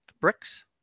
Bricks